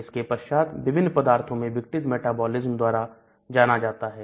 इसके पश्चात विभिन्न पदार्थों में विघटन मेटाबॉलिज्म द्वारा जाना जाता है